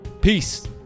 Peace